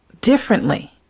differently